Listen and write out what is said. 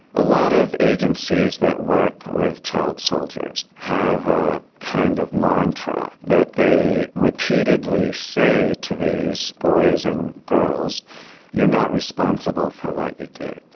a lot of agencies that work with child soldiers have a kind of mantra that they repeatedly say to these boys and girls you're not responsible for what you did.